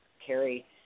Carrie